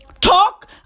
Talk